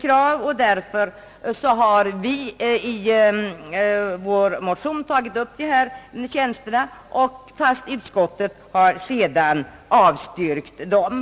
krav, och därför har vi i vår motion tagit upp dessa tjänster. Utskottet har avstyrkt vårt förslag.